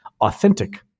authentic